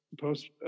post